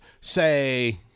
say